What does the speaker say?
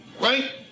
Right